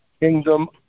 Kingdom